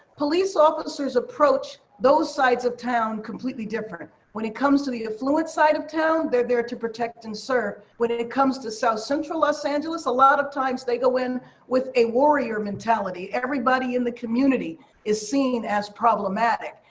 police officers approach those sides of town completely different. when it comes to the affluent side of town, they're there to protect and serve. when it it comes to south central los angeles are, a lot of times they go in with a warrior mentality. mentality. everybody in the community is seen as problematic.